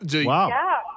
Wow